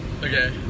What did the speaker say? Okay